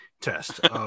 test